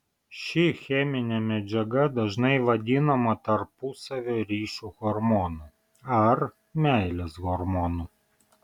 ši cheminė medžiaga dažnai vadinama tarpusavio ryšių hormonu ar meilės hormonu